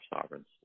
sovereigns